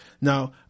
Now